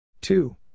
Two